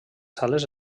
sales